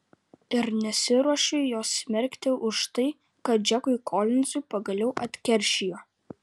ir nesiruošiu jos smerkti už tai kad džekui kolinzui pagaliau atkeršijo